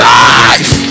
life